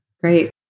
great